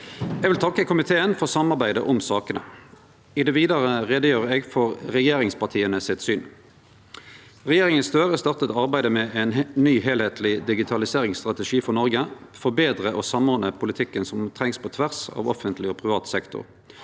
Eg vil takke komiteen for samarbeidet om sakene. I det vidare gjer eg greie for regjeringspartia sitt syn. Regjeringa Støre starta arbeidet med ein ny heilskapleg digitaliseringsstrategi for Noreg for betre å samordne politikken som trengst på tvers av offentleg og privat sektor.